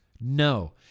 no